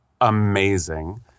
amazing